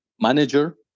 manager